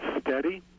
steady